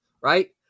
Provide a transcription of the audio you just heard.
right